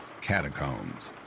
Catacombs